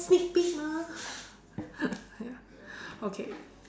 sneak peek mah ya okay